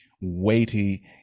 weighty